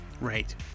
Right